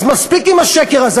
אז מספיק עם השקר הזה.